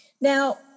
Now